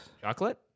Chocolate